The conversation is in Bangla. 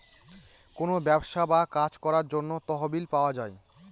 কোনো ব্যবসা বা কাজ করার জন্য তহবিল পাওয়া যায়